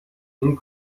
این